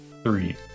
Three